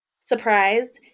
surprise